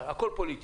פוליטי.